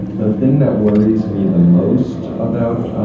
the thing that worries me the most about,